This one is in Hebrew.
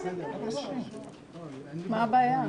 מה הבעיה?